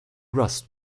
rust